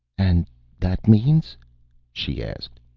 and that means she asked.